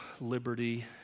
liberty